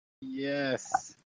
Yes